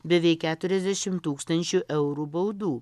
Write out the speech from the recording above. beveik keturiasdešimt tūkstančių eurų baudų